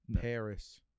Paris